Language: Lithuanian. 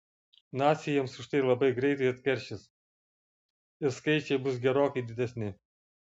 naciai jiems už tai labai greitai atkeršys ir skaičiai bus gerokai didesni